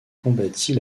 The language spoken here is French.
combattit